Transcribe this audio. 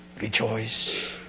rejoice